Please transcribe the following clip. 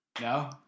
No